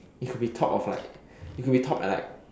it could be top of like you could be top at like